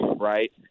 right